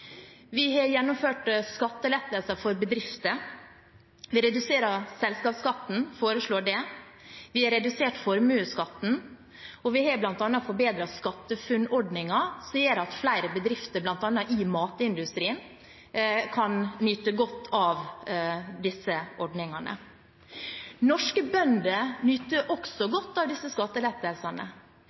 Vi har gjennomført skattelettelser for bedrifter, vi reduserer selskapsskatten – vi foreslår det – vi har redusert formuesskatten, og vi har bl.a. forbedret SkatteFUNN-ordningen, som gjør at flere bedrifter i bl.a. matindustrien kan nyte godt av disse ordningene. Norske bønder nyter også godt av disse skattelettelsene.